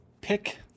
pick